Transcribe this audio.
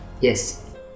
Yes